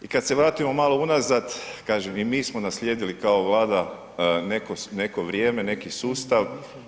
I kad se vratimo malo unazad, kažem, i mi smo naslijedili kao Vlada neko vrijeme, neki sustav.